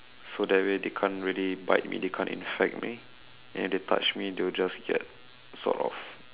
so that way the can't really bite me they can't infect me and they touch me they will just get sort of